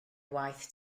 waith